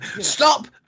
stop